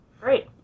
Great